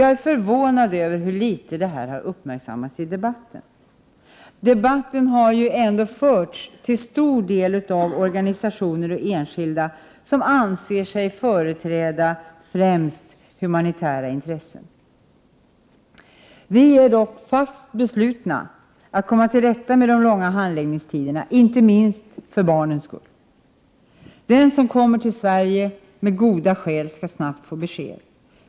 Jag är förvånad över hur litet detta har uppmärksammats i debatten. Debatten har ju ändå till stor del förts av organisationer och enskilda som anser sig företräda främst humanitära intressen. Vi är dock fast beslutna att komma till rätta med de långa handläggningstiderna, inte minst för barnens skull. Den som kommer till Sverige med goda skäl skall snabbt få besked.